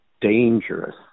dangerous